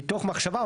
מתוך מחשבה,